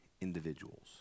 individuals